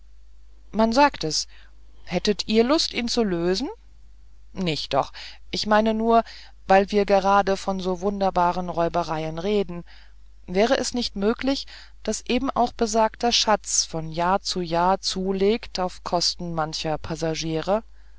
man sagt es hättet ihr lust ihn zu lösen nicht doch ich meine nur weil wir gerade von so wunderbaren räubereien reden wär es nicht möglich daß eben auch besagter schatz von jahr zu jahr zulegte auf kosten mancher passagiere